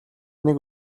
нэг